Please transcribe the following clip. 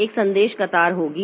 तो एक संदेश कतार होगी